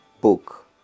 book